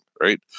right